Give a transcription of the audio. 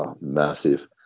massive